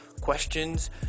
questions